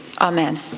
Amen